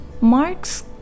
marx